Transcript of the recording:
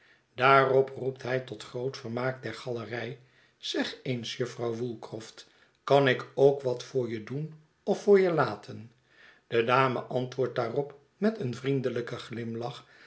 daarop roept hij tot groot vermaak der galerij zeg eens jufvrouw woolcroft kan ik ook wat voor je doen of voor je laten de dame antwoordt daarop met een vriendelijken glimlach